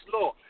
law